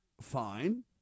Fine